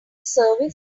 service